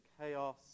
chaos